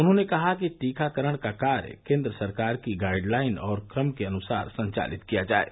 उन्होंने कहा कि टीकाकरण का कार्य केन्द्र सरकार की गाइडलाइन और क्रम के अनुसार संचालित किया जाये